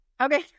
Okay